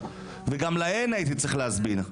וגם להן הייתי צריך להסביר,